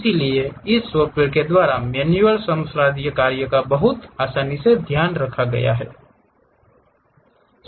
इसलिए इस सॉफ्टवेयर के द्वारा मैन्युअल श्रमसाध्य कार्य का बहुत आसानी से ध्यान रखा जाएगा